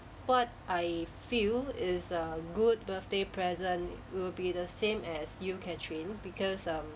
what I feel is a good birthday present will be the same as you catherine because um